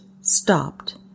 stopped